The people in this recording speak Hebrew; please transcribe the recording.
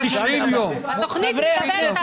--- חברים,